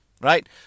Right